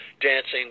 dancing